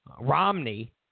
Romney